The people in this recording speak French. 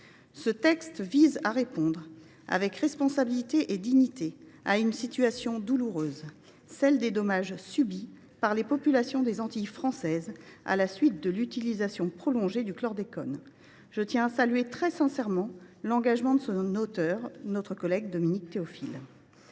Ce texte vise à répondre, avec responsabilité et dignité, à une situation douloureuse : celle des dommages subis par les populations des Antilles françaises à la suite de l’utilisation prolongée du chlordécone. Je tiens à saluer très sincèrement l’engagement de son auteur, notre collègue Dominique Théophile.